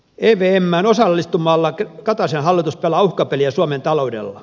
evmään osallistumalla kataisen hallitus pelaa uhkapeliä suomen taloudella